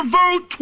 vote